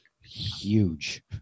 huge